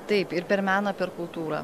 taip ir per meną per kultūrą